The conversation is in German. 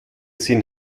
sinn